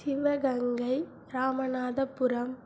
Sivaganga Ramanathapuram